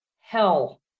hell